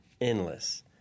endless